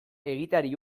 egiteari